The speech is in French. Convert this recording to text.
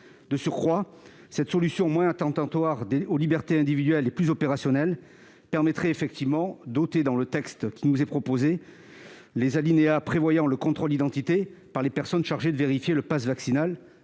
vaccinal. Cette solution moins attentatoire aux libertés individuelles et plus opérationnelle permettrait de supprimer dans le présent texte les alinéas prévoyant le contrôle d'identité par les personnes chargées de vérifier le passe vaccinal.